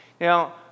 Now